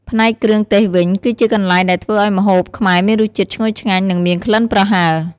ផ្នែកគ្រឿងទេសវិញ គឺជាកន្លែងដែលធ្វើឱ្យម្ហូបខ្មែរមានរសជាតិឈ្ងុយឆ្ងាញ់ និងមានក្លិនប្រហើរ។